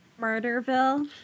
Murderville